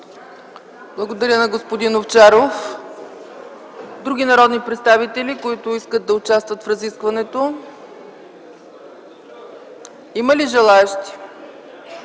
Благодаря на господин Овчаров. Има ли други народни представители, които желаят да участват в разискванията? Има ли желаещи?